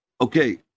okay